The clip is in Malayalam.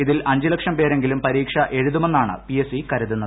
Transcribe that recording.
ഇതിൽ അഞ്ചുലക്ഷം പേരെങ്കിലും പരീക്ഷ എഴുതുമെന്നാണ് പിഎസ്സി കരുതുന്നത്